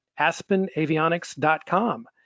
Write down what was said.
aspenavionics.com